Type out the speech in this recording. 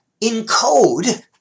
Encode